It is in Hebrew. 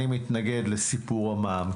אני מתנגד לסיפור המע"מ,